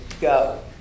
go